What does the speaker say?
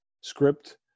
script